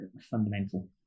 fundamental